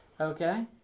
Okay